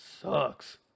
sucks